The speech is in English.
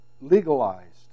legalized